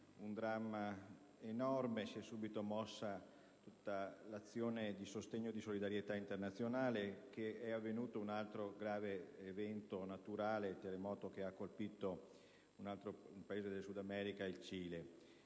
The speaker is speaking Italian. per il quale si è subito avviata tutta l'azione di sostegno e di solidarietà internazionale), che è avvenuto un altro grave evento naturale, il terremoto che ha colpito un Paese del Sud America: il Cile.